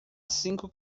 cinco